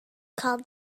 called